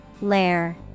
Lair